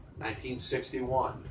1961